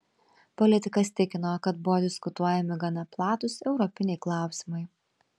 politikas tikino kad buvo diskutuojami gana platūs europiniai klausimai